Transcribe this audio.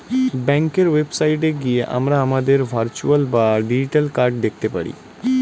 ব্যাঙ্কের ওয়েবসাইটে গিয়ে আমরা আমাদের ভার্চুয়াল বা ডিজিটাল কার্ড দেখতে পারি